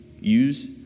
use